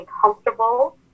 comfortable